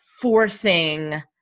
forcing